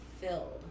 filled